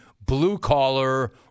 blue-collar